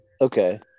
Okay